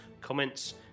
comments